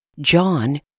John